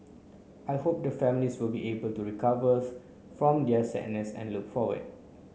I hope the families will be able to recovers from their sadness and look forward